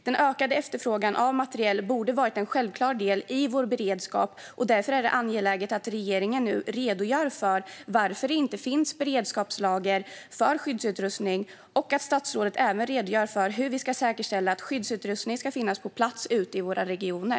Den ökade efterfrågan på materiel borde ha varit en självklar del i vår beredskap. Därför är det angeläget att regeringen nu redogör för varför det inte finns beredskapslager för skyddsutrustning och att statsrådet även redogör för hur vi ska säkerställa att skyddsutrustning ska finnas på plats ute i våra regioner.